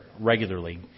regularly